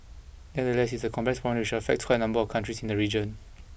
nevertheless is a complex which affects quite a number of countries in the region